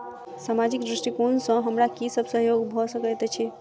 सामाजिक दृष्टिकोण सँ हमरा की सब सहयोग भऽ सकैत अछि?